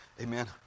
Amen